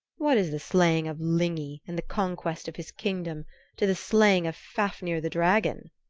what is the slaying of lygni and the conquest of his kingdom to the slaying of fafnir the dragon?